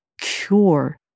cure